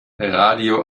radio